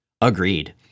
Agreed